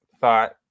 thought